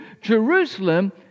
Jerusalem